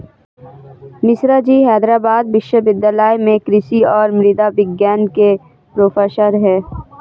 मिश्राजी हैदराबाद विश्वविद्यालय में कृषि और मृदा विज्ञान के प्रोफेसर हैं